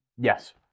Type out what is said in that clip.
Yes